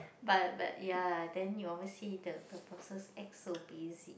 but but ya then you always see the the bosses act so busy